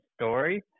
story